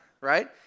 Right